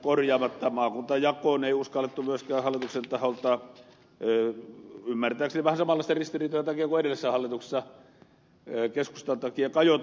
maakuntajakoon ei uskallettu myöskään hallituksen taholta ymmärtääkseni vähän samanlaisten ristiriitojen takia kuin edellisessä hallituksessa keskustan takia kajota